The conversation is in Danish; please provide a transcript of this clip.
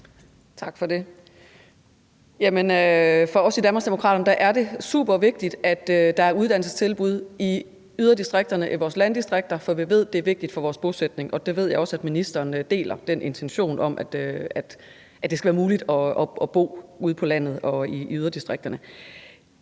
Tak for det. For os i Danmarksdemokraterne er det super vigtigt, at der er uddannelsestilbud i yderdistrikterne, i vores landdistrikter, for vi ved, at det er vigtigt for vores bosætning. Og jeg ved også, at ministeren deler den intention om, at det skal være muligt at bo ude på landet og i yderdistrikterne.